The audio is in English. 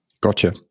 Gotcha